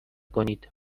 کنید